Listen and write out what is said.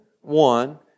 one